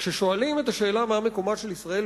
כששואלים את השאלה מה מקומה של ישראל,